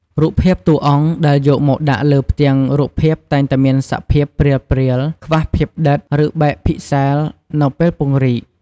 រូបភាពតួអង្គដែលយកមកដាក់លើផ្ទាំងរូបភាពតែងតែមានសភាព ព្រាលៗ ខ្វះភាពដិត ឬបែកភីកសែល នៅពេលពង្រីក ។